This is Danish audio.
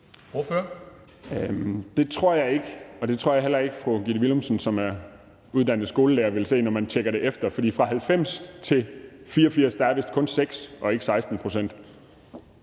Det tror jeg ikke, og det tror jeg heller ikke fru Gitte Willumsen, som er uddannet skolelærer, vil gøre, når hun tjekker det efter. For fra 90 til 84 pct. er der vist kun 6 og ikke 16 pct.